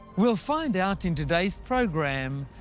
we'll find out in today's programme,